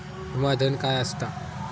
विमा धन काय असता?